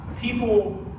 People